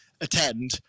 attend